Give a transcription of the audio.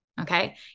okay